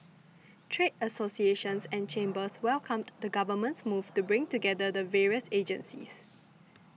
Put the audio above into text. trade associations and chambers welcomed the Government's move to bring together the various agencies